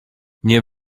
nie